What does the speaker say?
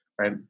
right